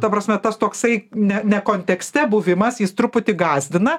ta prasme tas toksai ne ne kontekste buvimas jis truputį gąsdina